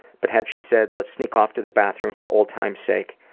but had she said let's sneak off to the bathroom for old times' sake,